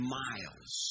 miles